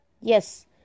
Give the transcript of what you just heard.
Yes